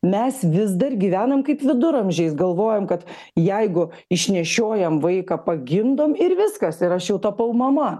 mes vis dar gyvenam kaip viduramžiais galvojom kad jeigu išnešiojam vaiką pagimdom ir viskas ir aš jau tapau mama